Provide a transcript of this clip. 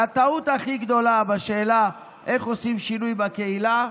הטעות הכי גדולה בשאלה איך עושים שינוי בקהילה,